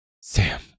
Sam